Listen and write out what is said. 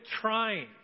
trying